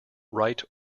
right